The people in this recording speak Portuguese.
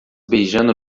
beijando